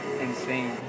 insane